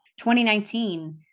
2019